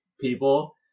people